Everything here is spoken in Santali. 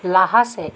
ᱞᱟᱦᱟ ᱥᱮᱫ